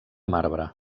marbre